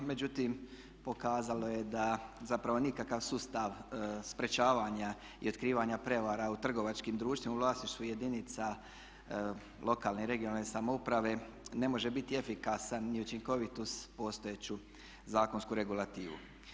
Međutim, pokazalo je da zapravo nikakav sustav sprječavanja i otkrivanja prijevara u trgovačkim društvima u vlasništvu jedinica lokalne i regionalne samouprave ne može biti efikasan i učinkovit uz postojeću zakonsku regulativu.